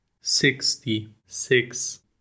sixty-six